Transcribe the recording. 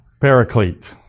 Paraclete